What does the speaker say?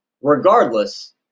regardless